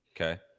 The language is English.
Okay